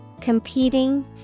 Competing